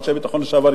אנשי ביטחון לשעבר,